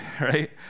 right